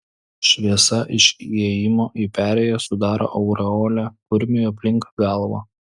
šviesa iš įėjimo į perėją sudaro aureolę kurmiui aplink galvą